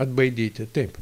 atbaidyti taip